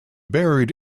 buried